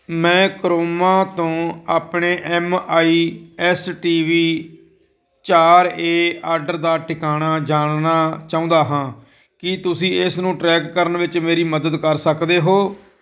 ਮੈਂ ਕਰੋਮਾ ਤੋਂ ਆਪਣੇ M I S T V ਚਾਰ ਏ ਆਡਰ ਦਾ ਟਿਕਾਣਾ ਜਾਣਨਾ ਚਾਹੁੰਦਾ ਹਾਂ ਕੀ ਤੁਸੀਂ ਇਸ ਨੂੰ ਟਰੈਕ ਕਰਨ ਵਿੱਚ ਮੇਰੀ ਮਦਦ ਕਰ ਸਕਦੇ ਹੋ